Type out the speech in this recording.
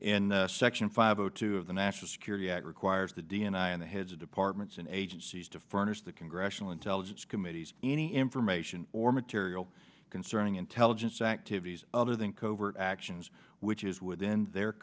in section five zero two of the national security act requires the d n i and the heads of departments and agencies to furnish the congressional intelligence committees any information or material concerning intelligence activities other than covert actions which is within their